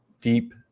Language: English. deep